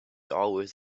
always